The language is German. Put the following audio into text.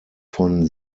von